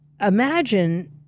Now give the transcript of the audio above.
imagine